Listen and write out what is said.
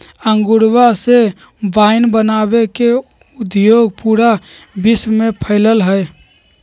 अंगूरवा से वाइन बनावे के उद्योग पूरा विश्व में फैल्ल हई